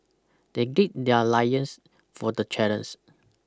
they gird their lions for the challens